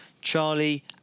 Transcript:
charlie